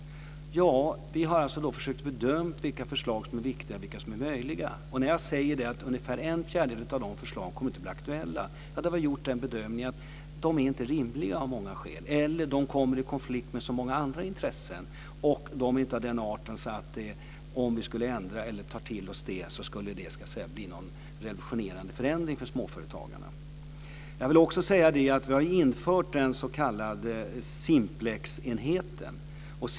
Vi har försökt bedöma vilka förslag som är viktiga och möjliga. Vi har gjort bedömningen att ungefär en fjärdedel av förslagen inte kommer att bli aktuella. De är, av många skäl, inte rimliga. Eller också kommer de i konflikt med många andra intressen och är inte av den arten att de medför någon revolutionerande förändring för småföretagare. Vi har infört den s.k. Simplexenheten.